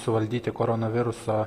suvaldyti koronaviruso